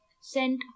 sent